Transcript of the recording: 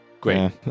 great